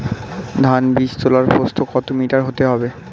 ধান বীজতলার প্রস্থ কত মিটার হতে হবে?